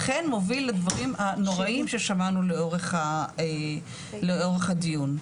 אכן מוביל לדברים הנוראיים ששמענו לאורך הדיון.